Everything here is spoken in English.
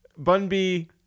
bunby